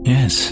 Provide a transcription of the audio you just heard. Yes